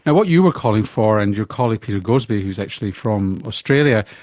and what you were calling for and your colleague petergoadsby, who is actually from australia,